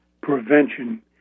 prevention